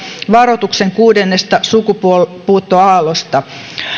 varoituksen kuudennesta sukupuuttoaallosta